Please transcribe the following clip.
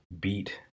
beat